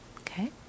Okay